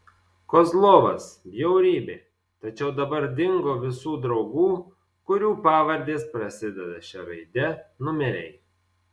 kozlovas bjaurybė tačiau dabar dingo visų draugų kurių pavardės prasideda šia raide numeriai